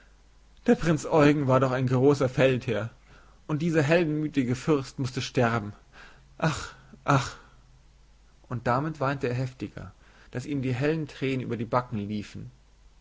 der prinz eugen war doch ein großer feldherr und dieser heldenmütige fürst mußte sterben ach ach und damit weinte er heftiger daß ihm die hellen tränen über die backen liefen